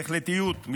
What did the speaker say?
בהחלטיות,